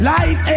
Life